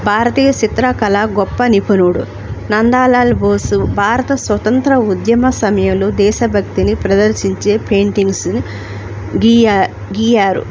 భారతీయ చిత్రకళ గొప్ప నిపుణుడు నందలాల బోసు భారత స్వతంత్ర ఉద్యమ సమయంలో దేశభక్తిని ప్రదర్శించే పెయింటింగ్స్ని గీయ గీశారు